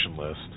list